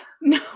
No